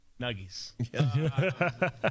nuggies